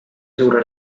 suure